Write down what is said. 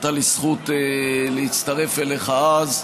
והייתה לי זכות להצטרף אליך אז.